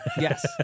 Yes